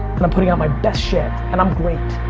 and i'm putting out my best shit, and i'm great.